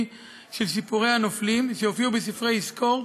של סיפורי הנופלים שהופיע בספרי "יזכור"